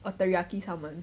or teriyaki salmon